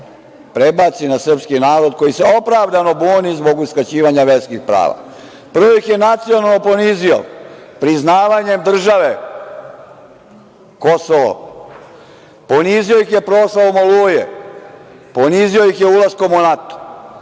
prebaci na srpski narod koji se opravdano buni zbog uskraćivanja verskih prava. Prvo ih je nacionalno ponizio priznavanjem države „Kosovo“, ponizio ih je proslavom „Oluje“, ponizio ih je ulaskom u NATO.